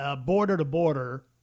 border-to-border